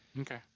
Okay